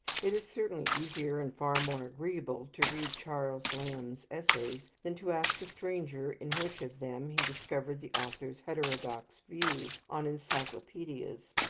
it is certainly easier, and far more agreeable, to read charles lamb's essays than to ask a stranger in which of them he discovered the author's heterodox views on encyclopaedias.